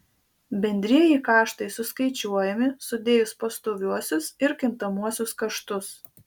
bendrieji kaštai suskaičiuojami sudėjus pastoviuosius ir kintamuosius kaštus